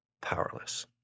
powerless